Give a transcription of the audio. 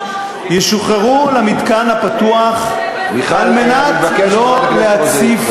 ישוחררו למתקן הפתוח על מנת לא להציף,